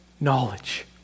knowledge